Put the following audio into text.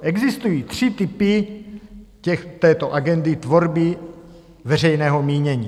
Existují tři typy této agendy tvorby veřejného mínění.